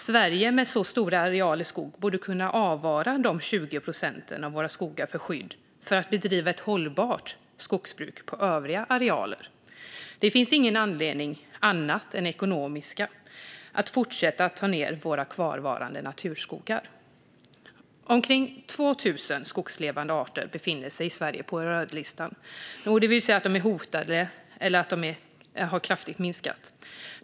Sverige har så stora arealer skog att vi borde kunna avsätta dessa 20 procent av våra skogar för skydd och bedriva hållbart skogsbruk på övriga arealer. Det finns ingen anledning annat än ekonomiska att fortsätta ta ned våra kvarvarande naturskogar. Omkring 2 000 skogslevande arter i Sverige befinner sig på rödlistan. Det vill säga att de är hotade eller har kraftigt minskat.